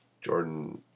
Jordan